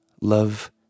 love